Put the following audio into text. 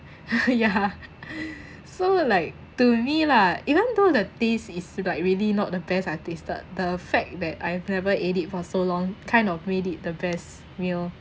ya so like to me lah even though the taste is like really not the best I've tasted the fact that I have never ate it for so long kind of made it the best meal